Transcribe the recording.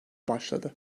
başladı